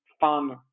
fun